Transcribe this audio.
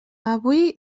avui